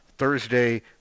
Thursday